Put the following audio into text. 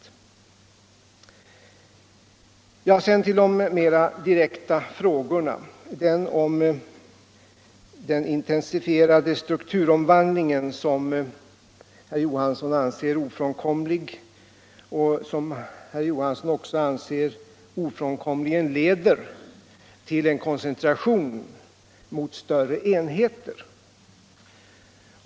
I vad sedan gäller de frågor som herr Johansson i Ljungby mera direkt riktade till mig vill jag ta upp frågan om den intensifierade strukturomvandling som herr Johansson anser ofrånkomlig och som enligt hans mcening obönhörligt leder till en koncentration i större enheter.